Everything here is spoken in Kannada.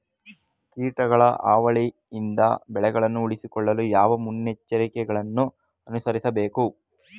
ಕೀಟಗಳ ಹಾವಳಿಯಿಂದ ಬೆಳೆಗಳನ್ನು ಉಳಿಸಿಕೊಳ್ಳಲು ಯಾವ ಮುನ್ನೆಚ್ಚರಿಕೆಗಳನ್ನು ಅನುಸರಿಸಬೇಕು?